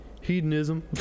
hedonism